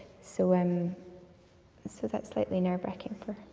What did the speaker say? so, um. and so that's slightly nerve-wracking for